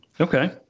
Okay